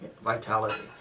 vitality